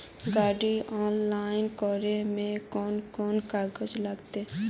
गाड़ी ऑनलाइन करे में कौन कौन कागज लगते?